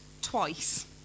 twice